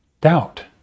doubt